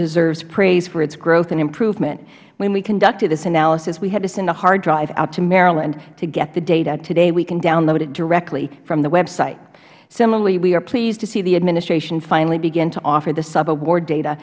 deserves praise for its growth and improvement when we conducted this analysis we had to send a hard drive out to maryland to get the data today we can download it directly from the website similarly we are pleased to see the administration finally begin to offer the sub